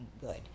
good